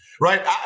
right